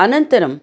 अनन्तरम्